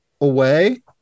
away